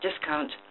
discount